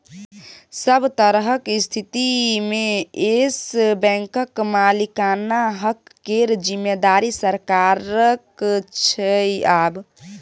सभ तरहक स्थितिमे येस बैंकक मालिकाना हक केर जिम्मेदारी सरकारक छै आब